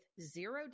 zero